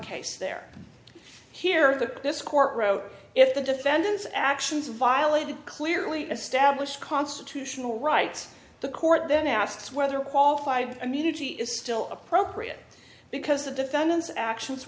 case there here that this court wrote if the defendant's actions violated clearly established constitutional rights the court then asks whether qualified immunity is still appropriate because the defendant's actions